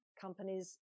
companies